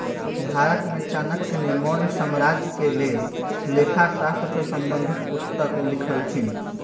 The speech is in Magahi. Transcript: भारत में चाणक्य ने मौर्ज साम्राज्य के लेल लेखा शास्त्र से संबंधित पुस्तक लिखलखिन्ह